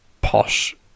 posh